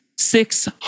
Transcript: six